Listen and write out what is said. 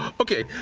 okay,